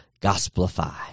gospelify